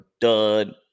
dud